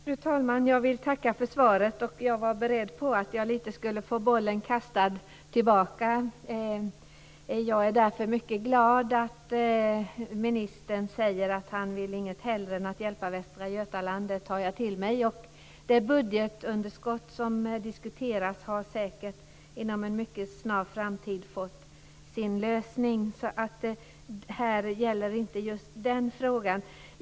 Fru talman! Jag vill tacka för svaret. Jag var lite beredd på att bollen skulle kastas tillbaka till mig och är mycket glad över att ministern säger att han inget hellre vill än hjälpa Västra Götaland. Det tar jag till mig. Men det budgetunderskott som diskuteras har säkert i en mycket snar framtid fått sin lösning, så här gäller inte just den frågan.